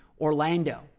Orlando